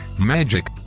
Magic